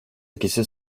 ikisi